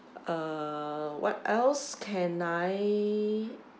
uh what else can I